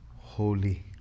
holy